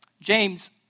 James